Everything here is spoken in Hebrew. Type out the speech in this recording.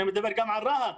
אני מדבר גם על רהט.